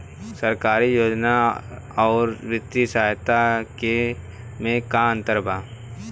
सरकारी योजना आउर वित्तीय सहायता के में का अंतर बा?